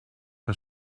que